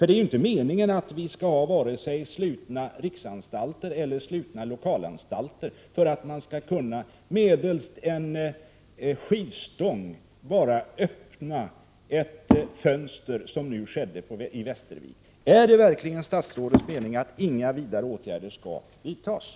Det är ju inte meningen att vi skall ha vare sig slutna riksanstalter eller slutna lokalanstalter, för att undvika att man bara medelst en skivstång skall kunna öppna ett fönster, som nu skedde i Västervik. Är det verkligen statsrådets avsikt att inte vidta några ytterligare åtgärder?